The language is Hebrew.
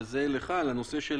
וזה לך על הנושא של